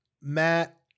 Matt